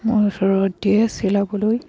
মোৰ ওচৰত দিয়ে চিলাবলৈ